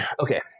Okay